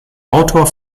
autor